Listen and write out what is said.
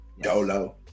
Dolo